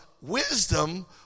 wisdom